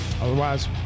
Otherwise